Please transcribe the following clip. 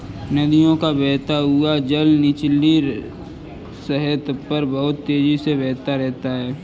नदियों का बहता हुआ जल निचली सतह पर बहुत तेजी से बहता है